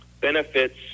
benefits